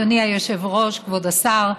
אדוני היושב-ראש, כבוד השר,